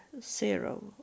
zero